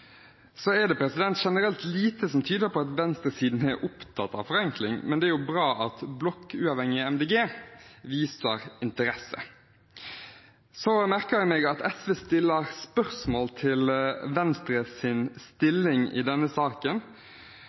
Det er generelt lite som tyder på at venstresiden er opptatt av forenkling, men det er jo bra at blokkuavhengige Miljøpartiet De Grønne viser interesse. Jeg merker meg at SV stiller spørsmål om Venstres stilling i denne saken.